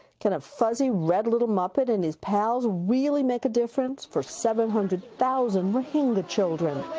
can a fuzzy, red, little muppet and his pals really make a difference for seven hundred thousand rohingya children?